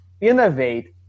innovate